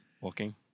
Walking